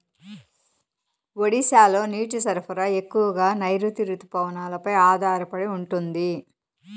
ఒడిశాలో నీటి సరఫరా ఎక్కువగా నైరుతి రుతుపవనాలపై ఆధారపడి ఉంటుంది